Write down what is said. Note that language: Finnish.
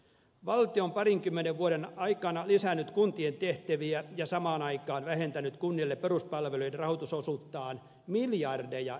valtio on parinkymmenen vuoden aikana lisännyt kuntien tehtäviä ja samaan aikaan vähentänyt kunnille peruspalvelujen rahoitusosuuttaan miljardeja euroja